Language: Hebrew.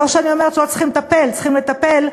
לא שאני אומרת שלא צריכים לטפל, צריכים לטפל,